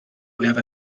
mwyaf